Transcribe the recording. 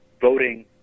voting